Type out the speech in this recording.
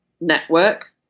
network